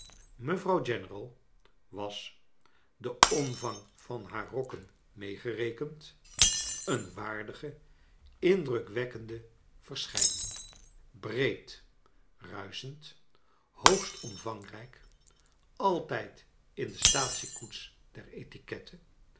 mevrouw general was den omvang van haar rokken meegerekend een waardige indrukwekkende verschijning breed ruischend hoogst omvangrijk altijd in de staatsiekoets i der etikette